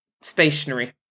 stationary